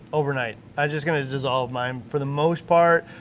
overnight, i'm just gonna dissolve mine for the most part,